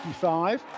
55